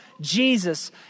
Jesus